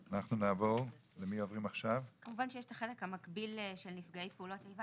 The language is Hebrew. כמובן שיש את החלק המקביל של נפגעי פעולות איבה.